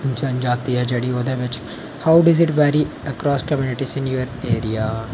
जनजाति ऐ जेह्ड़ी ओह्दे बिच how does it vary across communities in your area